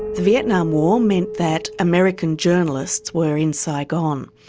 vietnam war meant that american journalists were in saigon.